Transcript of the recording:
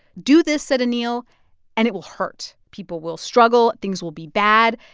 do this, said anil, and it will hurt. people will struggle. things will be bad.